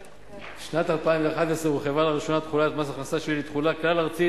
בשנת 2011 הורחבה לראשונה תחולת מס הכנסה שלילי לתחולה כלל-ארצית.